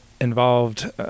involved